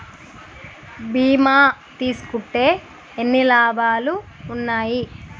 బీమా తీసుకుంటే ఎన్ని లాభాలు ఉన్నాయి?